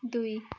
दुई